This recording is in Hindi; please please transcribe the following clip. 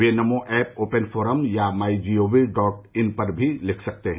वे नमो ऐप ओपन फोरम या my G O V dot in पर भी लिख सकते हैं